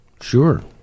sure